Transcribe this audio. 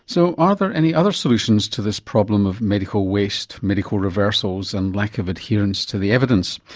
so are there any other solutions to this problem of medical waste, medical reversals and lack of adherence to the evidence?